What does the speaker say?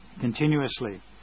continuously